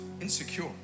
insecure